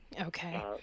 Okay